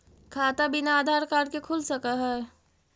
खाता बिना आधार कार्ड के खुल सक है?